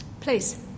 Please